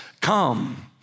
come